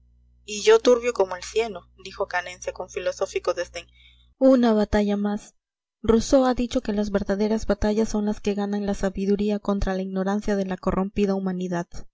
y yo turbio como el cieno dijo canencia con filosófico desdén una batalla más rousseau ha dicho que las verdaderas batallas son las que ganan la sabiduría contra la ignorancia de la corrompida humanidad